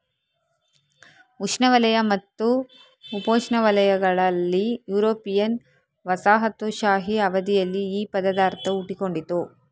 ಉಷ್ಣವಲಯ ಮತ್ತು ಉಪೋಷ್ಣವಲಯಗಳಲ್ಲಿ ಯುರೋಪಿಯನ್ ವಸಾಹತುಶಾಹಿ ಅವಧಿಯಲ್ಲಿ ಈ ಪದದ ಅರ್ಥವು ಹುಟ್ಟಿಕೊಂಡಿತು